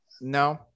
no